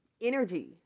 energy